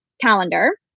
calendar